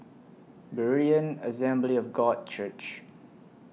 Berean Assembly of God Church